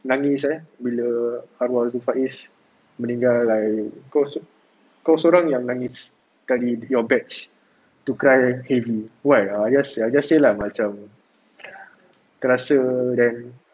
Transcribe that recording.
nangis eh bila arwah si faiz meninggal kau kau sorang yang nangis sekali dengan batch to cry heavy why ah oh I just I just say like macam terasa then